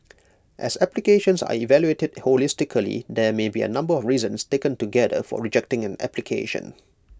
as applications are evaluated holistically there may be A number of reasons taken together for rejecting an application